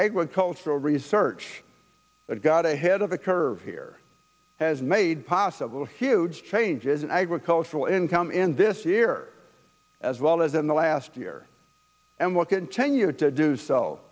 agricultural research got ahead of the curve here has made possible huge changes in agricultural income in this year as well as in the last year and will continue to do so